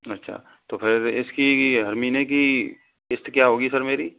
अच्छा तो फिर इसकी हर महीने की किस्त क्या होगी सर मेरी